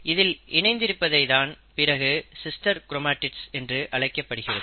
இதில் இணைந்திருப்பதை தான் பிறகு சிஸ்டர் கிரோமடிட்ஸ் என்று அழைக்கப்படுகிறது